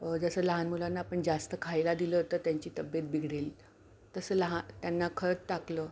जसं लहान मुलांना आपण जास्त खायला दिलं तर त्यांची तब्येत बिघडेल तसं लहान त्यांना खत टाकलं